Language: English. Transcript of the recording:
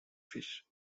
fish